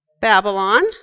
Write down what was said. Babylon